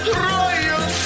royal